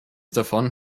davon